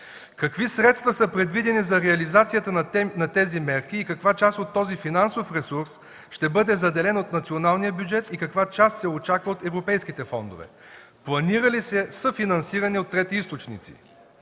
Какви средства са предвидени за реализацията на тези мерки и каква част от този финансов ресурс ще бъде заделен от националния бюджет и каква част се очаква от европейските фондове? Планира ли се съфинансиране от трети източници?